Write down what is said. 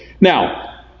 Now